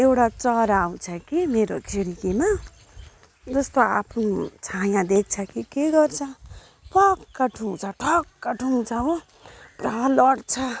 एउटा चरा आउँछ कि मेरो खिडकीमा जस्तो आफ्नो छाया देख्छ कि के गर्छ ट्वाक्क ठुङ्छ ठ्वाक्क ठुङ्छ हो पुरा लड्छ